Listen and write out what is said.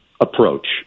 approach